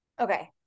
Okay